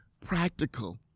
practical